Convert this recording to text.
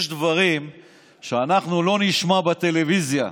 יש דברים שאנחנו לא נשמע בטלוויזיה.